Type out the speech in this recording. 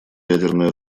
ядерное